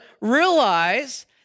realize